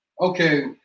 Okay